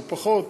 ופחות.